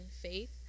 Faith